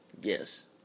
Yes